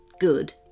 Good